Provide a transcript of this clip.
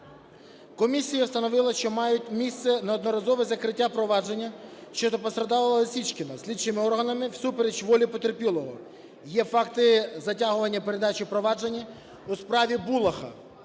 Комісія встановила, що має місце неодноразове закриття провадження щодо постраждалого Лісічкіна слідчими органами всупереч волі потерпілого. Є факти затягування передачі провадженні у справі Булаха